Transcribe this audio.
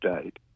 State